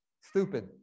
stupid